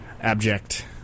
Abject